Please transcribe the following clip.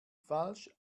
falsch